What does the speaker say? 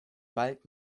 bald